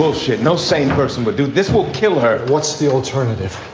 bullshit. no sane person would do. this will kill her. what's the alternative?